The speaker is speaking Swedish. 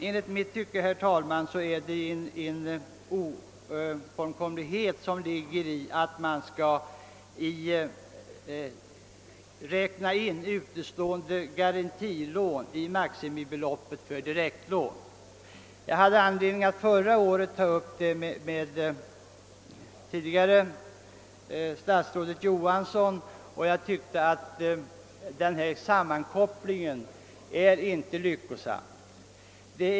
Enligt mitt tycke är det en oformlighet att räkna in utestående garantilån i maximibeloppet för direktlån. Jag hade förra året anledning att ta upp denna fråga med statsrådet Johansson. Jag tycker inte att denna sammankoppling är lycklig.